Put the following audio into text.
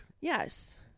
Yes